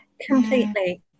completely